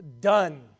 done